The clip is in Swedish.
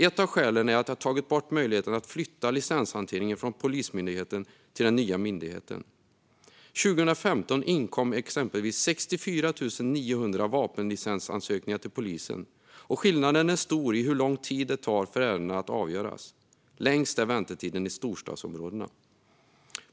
Ett av skälen är att det tagit bort möjligheten att flytta licenshanteringen från Polismyndigheten till den nya myndigheten. År 2015 inkom exempelvis 64 900 vapenlicensansökningar till polisen, och skillnaden är stor i hur lång tid det tar för ärendena att avgöras. Längst är väntetiden i storstadsområdena.